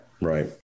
Right